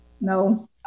no